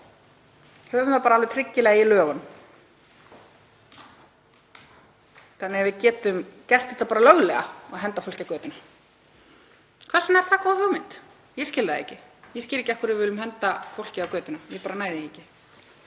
Höfum það tryggilega í lögum þannig að við getum gert það löglega að henda fólki á götuna. Hvers vegna er það góð hugmynd? Ég skil það ekki. Ég skil ekki af hverju við viljum henda fólki á götuna, ég bara næ því ekki,